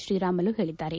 ಶ್ರೀರಾಮುಲು ಹೇಳಿದ್ದಾರೆ